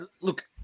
Look